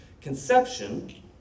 conception